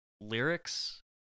lyrics